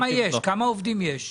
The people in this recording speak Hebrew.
כמה עובדים יש?